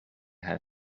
had